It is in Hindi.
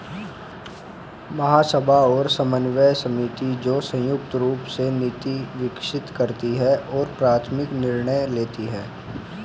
महासभा और समन्वय समिति, जो संयुक्त रूप से नीति विकसित करती है और प्राथमिक निर्णय लेती है